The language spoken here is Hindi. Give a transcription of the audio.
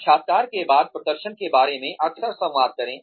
साक्षात्कार के बाद प्रदर्शन के बारे में अक्सर संवाद करें